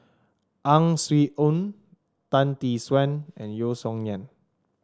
Ang Swee Aun Tan Tee Suan and Yeo Song Nian